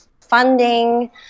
funding